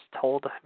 told